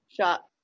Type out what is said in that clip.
shot